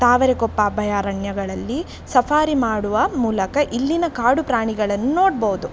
ತಾವರೆಕೊಪ್ಪ ಅಭಯಾರಣ್ಯಗಳಲ್ಲಿ ಸಫಾರಿ ಮಾಡುವ ಮೂಲಕ ಇಲ್ಲಿನ ಕಾಡುಪ್ರಾಣಿಗಳನ್ನು ನೋಡ್ಬೌದು